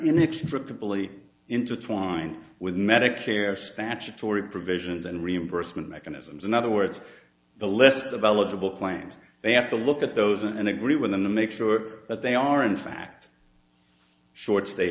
inextricably intertwined with medicare statutory provisions and reimbursement mechanisms in other words the less developed a bill claims they have to look at those and agree with them the make sure that they are in fact shorts they